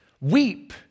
Weep